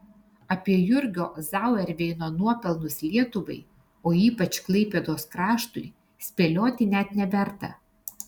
apie jurgio zauerveino nuopelnus lietuvai o ypač klaipėdos kraštui spėlioti net neverta